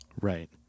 right